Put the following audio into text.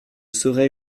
serait